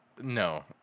no